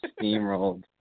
Steamrolled